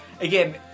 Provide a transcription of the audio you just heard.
again